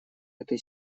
этой